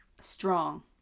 strong